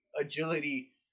agility